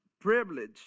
privilege